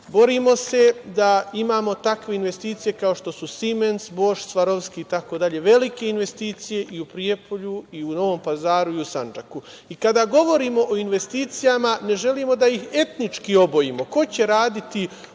borimo se da imamo takve investicije kao što su „Simens“, „Boš“, „Svarovski“, itd. Velike investicije i u Prijepolju i u Novom Pazaru i u Sannjaku. Kada govorimo o investicijama, ne želimo da ih etnički obojimo. Ko će raditi u